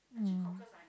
mm